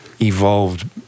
evolved